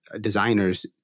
designers